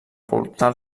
portal